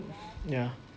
yeah